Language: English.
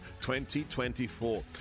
2024